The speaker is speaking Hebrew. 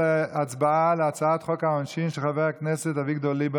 הצבעה על חוק העונשין של חבר הכנסת אחמד טיבי.